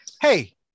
Hey